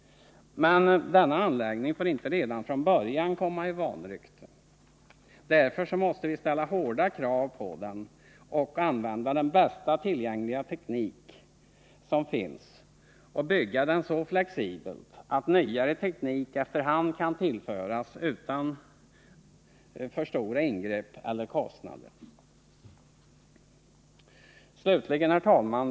Men denna anläggning får inte redan från början komma i vanrykte. Därför måste vi ställa hårda krav på den och använda den bästa tillgängliga teknik och bygga anläggningen så flexibel att nyare teknik efter hand kan tillföras utan för stora ingrepp eller kostnader. Herr talman!